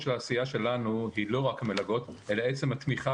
של העשייה שלנו היא לא רק מלגות אלא עצם התמיכה